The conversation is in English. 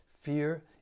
Fear